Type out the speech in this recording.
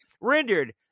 rendered